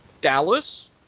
Dallas